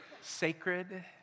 sacred